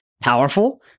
powerful